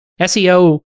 SEO